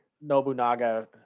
Nobunaga